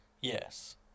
Yes